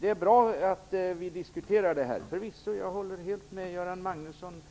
Det är bra att vi diskuterar detta. Jag håller helt med Göran Magnusson.